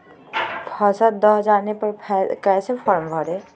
फसल दह जाने पर कैसे फॉर्म भरे?